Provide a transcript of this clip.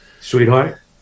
sweetheart